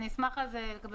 אשמח לקבל על זה תשובה.